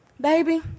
baby